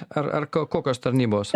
ar ar ko kokios tarnybos